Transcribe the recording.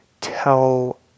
tell